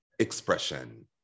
expression